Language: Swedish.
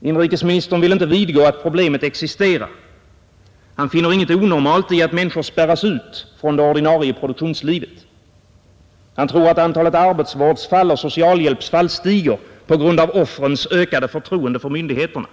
Inrikesministern vill inte vidgå att problemet existerar. Han finner inget onormalt i att människor spärras ut från det ordinarie produktionslivet. Han tror att antalet arbetsvårdsfall och socialhjälpsfall stiger på grund av offrens ökade förtroende för myndigheterna.